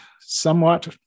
somewhat